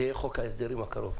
זה יהיה חוק ההסדרים הקרוב.